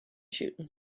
shooting